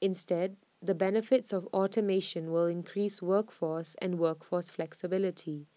instead the benefits of automation will increase workforce and workforce flexibility